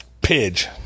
Pidge